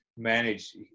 manage